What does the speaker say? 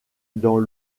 dans